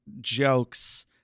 jokes